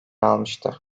almıştı